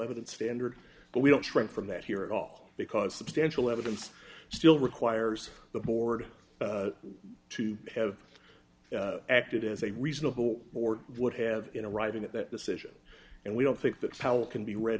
evidence standard but we don't shrink from that here at all because substantial evidence still requires the board to have acted as a reasonable or would have you know arriving at that decision and we don't think that's how it can be read